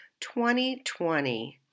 2020